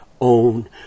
own